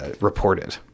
reported